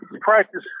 practice